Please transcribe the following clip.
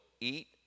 eat